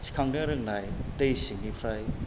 सिखांनो रोंनाय दै सिंनिफ्राय